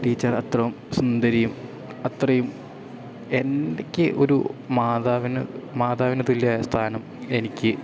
teacher അത്രയും സുന്ദരിയും അത്രയും എനിക്ക് ഒരു മാതാവിന് മാതാവിനു തുല്യമായ സ്ഥാനം എനിക്ക്